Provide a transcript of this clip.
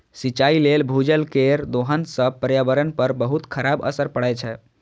सिंचाइ लेल भूजल केर दोहन सं पर्यावरण पर बहुत खराब असर पड़ै छै